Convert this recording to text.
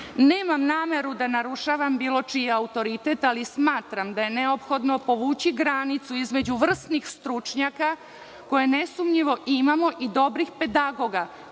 nameru da narušavam bilo čiji autoritet, ali smatram da je neophodno povući granicu između vrsnih stručnjaka koje nesumnjivo imamo i dobrih pedagoga